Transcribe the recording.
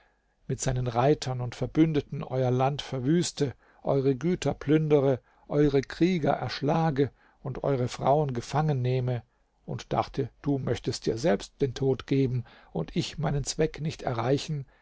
mit seinen reitern und verbündeten euer land verwüste eure güter plündere eure krieger erschlage und eure frauen gefangennehme und dachte du möchtest dir selbst den tod geben und ich meinen zweck nicht erreichen